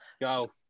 Go